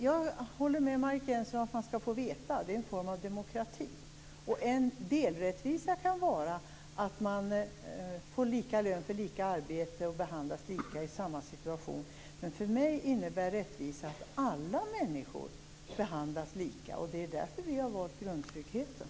Jag håller med Margit Gennser att man skall veta i förväg. Det är en form av demokrati. En delrättvisa kan vara att få lika lön för lika arbetet och behandlas lika i likadana situationer. För mig innebär rättvisa att alla människor behandlas lika. Det är därför vi har valt grundtryggheten.